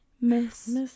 Miss